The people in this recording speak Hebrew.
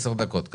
עשר דקות.